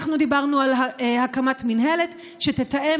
אנחנו דיברנו על הקמת מינהלת שתתאם